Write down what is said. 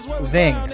Ving